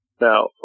Now